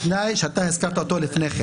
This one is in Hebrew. בתנאי שאתה הזכרת אותו לפני כן